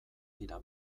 dira